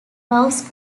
rouse